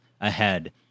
ahead